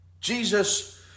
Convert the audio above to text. Jesus